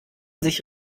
sich